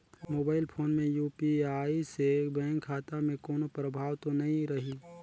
Mobile phone मे UPI से bank खाता मे कोनो प्रभाव तो नइ रही?